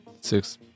six